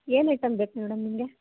ಏನು ಐಟಮ್ ಬೇಕು ಮೇಡಮ್ ನಿಮಗೆ